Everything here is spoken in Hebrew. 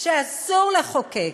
שאסור לחוקק,